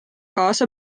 kaasa